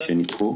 שנדחו.